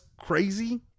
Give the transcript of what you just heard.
crazy